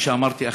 כפי שאמרתי,